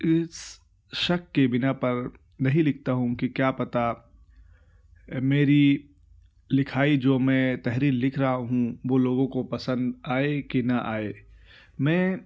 اس شک کے بنا پر نہیں لکھتا ہوں کہ کیا پتہ میری لکھائی جو میں تحریر لکھ رہا ہوں وہ لوگوں کو پسند آئے کہ نہ آئے میں